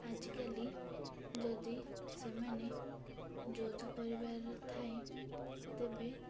ଆଜିକାଲି ଯଦି ସେମାନେ ଯୌଥ ପରିବାରର ଥାଏ ତେବେ